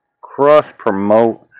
cross-promote